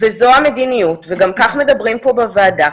וזו המדיניות, וגם כך מדברים פה בוועדה.